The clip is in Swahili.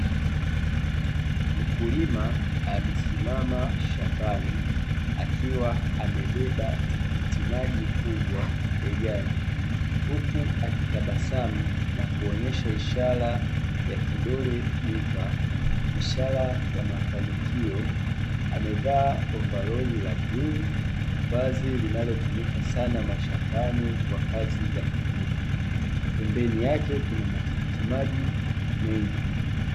Mkulima amesimama shambani akiwa amebeba tikitimaji kubwa begani huku akitabasamu na kuonyesha ishara ya kidole gumba, ishara ya mafanikio. Amevaa ovaroli la bluu vazi linalotumika sana mashambani kwa kazi za kilimo pembeni yake kuna matikitimaji mengi.